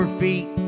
feet